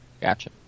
Gotcha